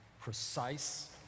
precise